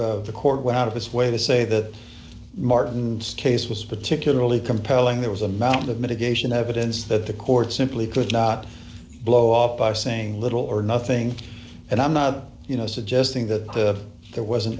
march the court went out of his way to say that martin's case was particularly compelling there was amount of mitigation evidence that the court simply could not blow off by saying little or nothing and i'm not you know suggesting that there wasn't